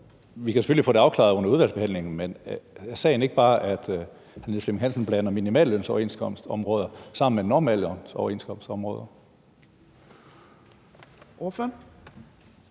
Vi kan selvfølgelig få det afklaret under udvalgsbehandlingen, hr. Niels Flemming Hansen. Men er sagen ikke bare, at hr. Niels Flemming Hansen blander minimallønsoverenskomstområdet sammen med normallønoverenskomstområdet?